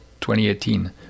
2018